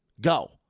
Go